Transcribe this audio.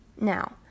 Now